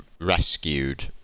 rescued